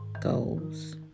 goals